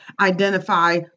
identify